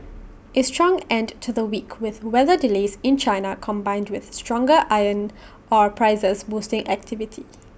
A strong end to the week with weather delays in China combined with stronger iron ore prices boosting activity